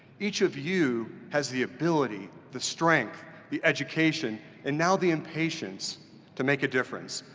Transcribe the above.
each of you has the ability, the strength the education and now the impatience to make a difference,